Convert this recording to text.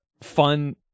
fun